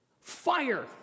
fire